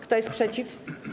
Kto jest przeciw?